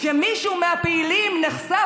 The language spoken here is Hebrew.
כשמישהו מהפעילים נחשף,